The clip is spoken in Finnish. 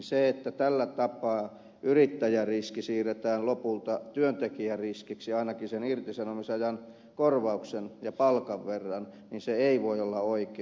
se että tällä tapaa yrittäjäriski siirretään lopulta työntekijäriskiksi ainakin sen irtisanomisajan korvauksen ja palkan verran ei voi olla oikein